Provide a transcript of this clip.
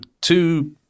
two